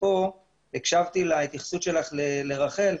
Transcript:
הקשבתי להתייחסות שלך לרח"ל.